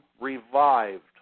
revived